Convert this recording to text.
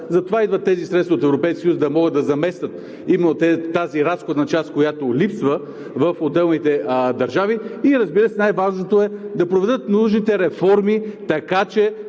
затова идват тези средства от Европейския съюз – да могат да заместят именно тази разходна част, която липсва, в отделните държави и, разбира се, най-важното е да проведат нужните реформи, така че,